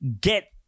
get